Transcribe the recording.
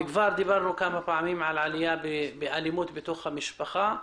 דברנו גם על עלייה באלימות בתוך המשפחה.